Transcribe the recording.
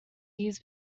ears